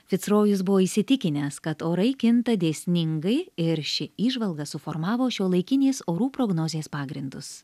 ficrojus buvo įsitikinęs kad orai kinta dėsningai ir ši įžvalga suformavo šiuolaikinės orų prognozės pagrindus